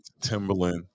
Timberland